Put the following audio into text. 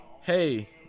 Hey